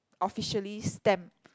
officially stamp